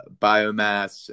biomass